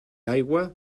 aigua